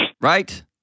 Right